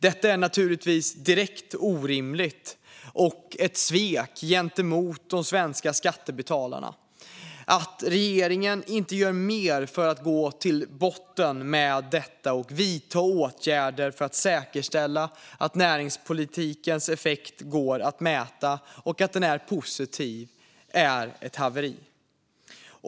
Detta är naturligtvis direkt orimligt och ett svek gentemot de svenska skattebetalarna. Att regeringen inte gör mer för att gå till botten med detta och vidta åtgärder för att säkerställa att näringspolitikens effekt går att mäta och att den är positiv är ett haveri.